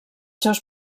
seus